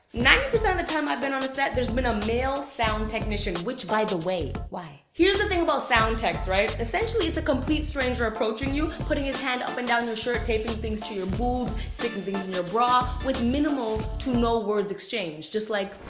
ninety percent of the time i've been on a set, there's been a male sound technician. which, by the way, why? here's the thing about sound techs, right? essentially, it's a complete stranger approaching you, putting his hand up and down your shirt, taping things to your boobs, sticking things in your bra with minimal, to no words exchanged. just like